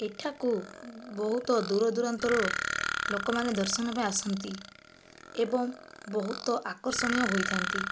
ଏଠାକୁ ବହୁତ ଦୂର ଦୁରାନ୍ତର ଲୋକମାନେ ଦର୍ଶନ ପାଇଁ ଆସନ୍ତି ଏବଂ ବହୁତ ଆକର୍ଷଣୀୟ ହୋଇଥାନ୍ତି